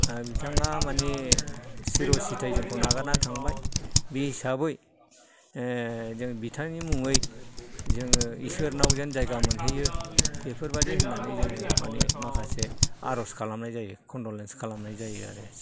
आरो बिथाङा माने सिर' सिथाय जोंखौ नागारना थांबाय बे हिसाबै जों बिथांनि मुङै जोङो इसोरनाव जेन जायगा मोनहैयो बेफोरबादि होन्नानै जोङो माने माखासे आर'ज खालामनाय जायो खन्दलेन्स खालामनाय जायो आरो